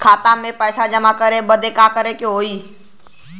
खाता मे पैसा जमा करे बदे का करे के होई?